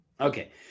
Okay